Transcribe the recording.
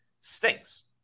stinks